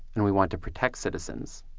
and we want to protect citizens,